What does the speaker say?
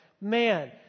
man